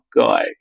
guy